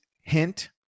hint